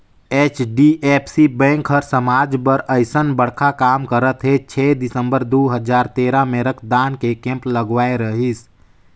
HDFC bank हर समाज बर अइसन बड़खा काम करत हे छै दिसंबर दू हजार तेरा मे रक्तदान के केम्प लगवाए रहीस